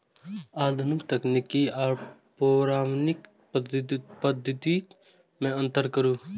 आधुनिक तकनीक आर पौराणिक पद्धति में अंतर करू?